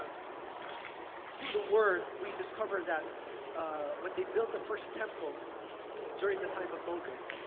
ah through the word, we discover that when they built the first temple during the time of moses,